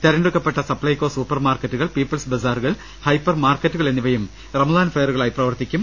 തിരഞ്ഞെടു ക്കപ്പെട്ട സപ്ലൈകോ സൂപ്പർ മാർക്കറ്റുകൾ പ്രീപ്പിൾസ് ബസാറു കൾ ഹൈപ്പർ മാർക്കറ്റുകൾ എന്നിവയും റുംസാൻ ഫെയറുക ളായി പ്രവർത്തിക്കും